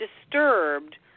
disturbed